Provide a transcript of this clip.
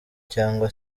cyangwa